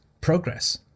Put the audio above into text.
progress